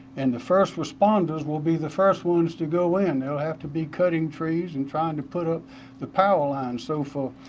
and the first responders will be the first ones to go in. they will have to be cutting trees and trying to put up the power lines. so